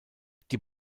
die